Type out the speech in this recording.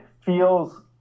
feels